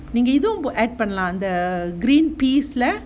நீங்க இதுஉம்:neenga ithuvum add பண்லாம்:panlaam the green peas